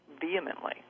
vehemently